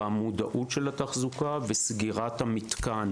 המודעות של התחזוקה וסגירת המתקן